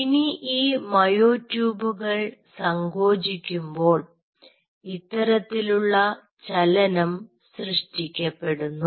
ഇനി ഈ മയോ ട്യൂബുകൾ സങ്കോചിക്കുമ്പോൾ ഇത്തരത്തിലുള്ള ചലനം സൃഷ്ടിക്കപ്പെടുന്നു